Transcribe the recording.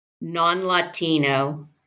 non-Latino